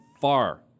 far